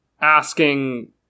asking